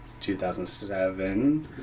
2007